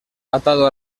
atado